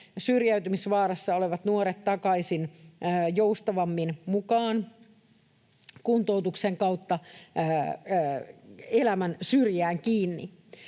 syrjäytymisvaarassa olevat nuoret takaisin joustavammin mukaan kuntoutuksen kautta elämän syrjään kiinni.